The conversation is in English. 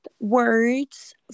words